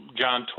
John